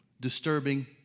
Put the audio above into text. disturbing